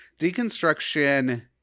deconstruction